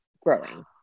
growing